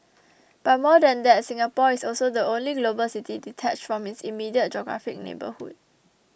but more than that Singapore is also the only global city detached from its immediate geographic neighbourhood